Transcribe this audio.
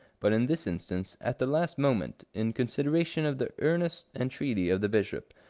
but in this instance, at the last moment, in con sideration of the earnest entreaty of the bishop,